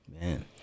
Man